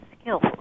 skills